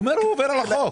הוא אומר שהוא עובר על החוק.